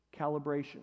calibration